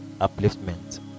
Upliftment